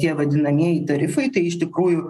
tie vadinamieji tarifai tai iš tikrųjų